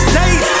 days